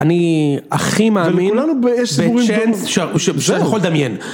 אני הכי מאמין, שאני יכול לדמיין.